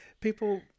people